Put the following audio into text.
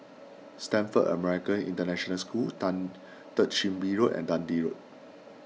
Stamford American International School Third Chin Bee Road and Dundee Road